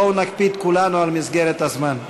בואו נקפיד כולנו על מסגרת הזמן.